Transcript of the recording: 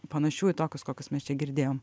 panašių į tokius kokius mes čia girdėjom